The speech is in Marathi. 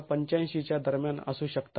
८५ च्या दरम्यान असू शकतात